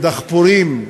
דחפורים,